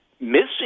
missing